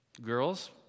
girls